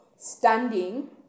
standing